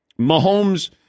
Mahomes